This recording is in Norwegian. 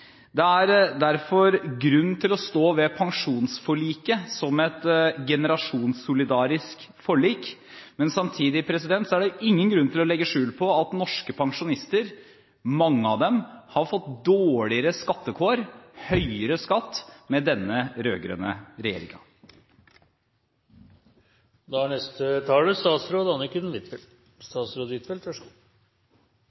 Det er derfor grunn til å stå ved pensjonsforliket som et generasjonssolidarisk forlik, men samtidig er det ingen grunn til å legge skjul på at norske pensjonister – mange av dem – har fått dårligere skattekår, høyere skatt, med denne rød-grønne regjeringen. Pensjonsreformen er